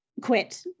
Quit